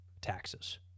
taxes